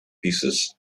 pieces